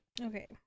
Okay